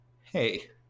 Hey